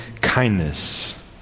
kindness